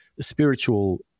spiritual